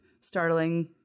startling